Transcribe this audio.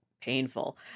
painful